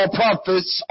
prophets